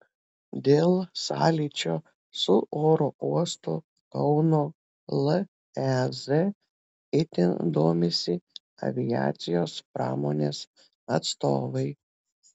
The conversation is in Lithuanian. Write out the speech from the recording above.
dėl sąlyčio su oro uostu kauno lez itin domisi aviacijos pramonės atstovai